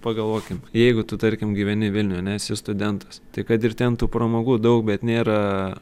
pagalvokim jeigu tu tarkim gyveni vilniuj ane esi studentas tai kad ir ten tų pramogų daug bet nėra